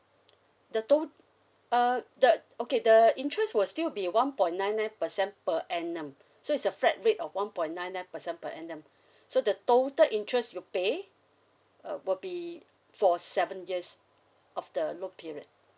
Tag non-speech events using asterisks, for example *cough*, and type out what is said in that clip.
the tot~ uh the okay the interest will still be one point nine nine percent per annum *breath* so it's a flat rate of one point nine nine percent per annum *breath* so the total interest you pay uh will be for seven years of the loan period